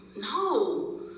No